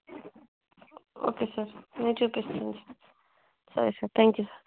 okay sir మేము చూపిస్తాము సరే సార్ థ్యాంక్ యూ సార్